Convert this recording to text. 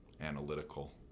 analytical